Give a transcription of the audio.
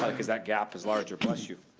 like cause that gap is larger, bless you.